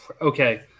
Okay